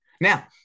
Now